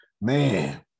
man